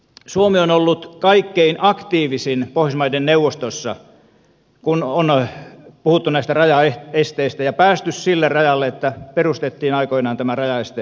suomi on ollut kaikkein aktiivisin pohjoismaiden neuvostossa kun on puhuttu näistä rajaesteistä ja päästy sille rajalle että perustettiin aikoinaan tämä rajaestefoorumi